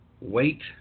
Wait